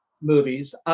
movies